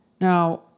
Now